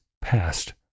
past